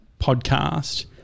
podcast